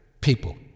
people